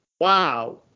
Wow